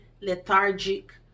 lethargic